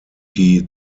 die